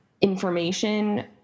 information